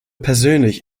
persönlich